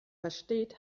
versteht